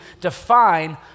define